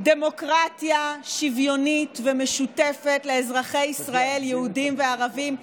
דמוקרטיה שוויונית ומשותפת לאזרחי ישראל יהודים וערבים,